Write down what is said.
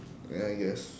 ya I guess